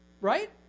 Right